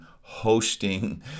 hosting